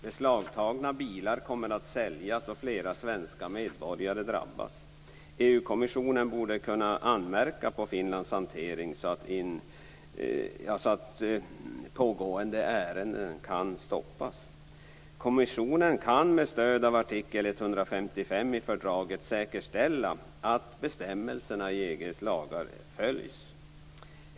Beslagtagna bilar kommer att säljas och flera svenska medborgare drabbas. EU kommissionen borde kunna anmärka på Finlands hantering så att pågående ärenden kan stoppas. Kommissionen kan med stöd av artikel 155 i fördraget säkerställa att bestämmelserna i EG:s lagar följs.